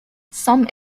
some